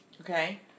Okay